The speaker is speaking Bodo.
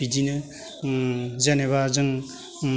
बिदिनो ओम जेनेबा जों ओम